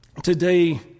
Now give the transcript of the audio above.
Today